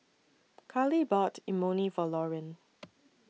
Karley bought Imoni For Lorin